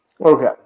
Okay